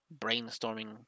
brainstorming